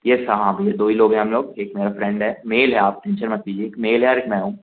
yes हाँ भैया दो ही लोग है हम लोग एक मेरा फ्रेंड है मेल है आप टेंशन मत लीजिए एक मेल है और एक मैं हूँ